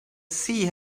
sea